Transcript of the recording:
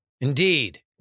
Indeed